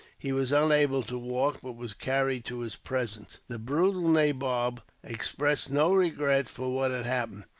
he was unable to walk, but was carried to his presence. the brutal nabob expressed no regret for what had happened,